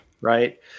Right